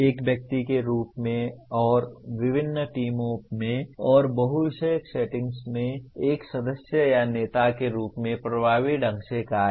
एक व्यक्ति के रूप में और विभिन्न टीमों में और बहु विषयक सेटिंग्स में एक सदस्य या नेता के रूप में प्रभावी ढंग से कार्य